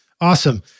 awesome